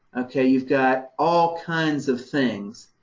ok, you've got all kinds of things,